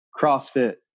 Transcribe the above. CrossFit